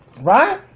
Right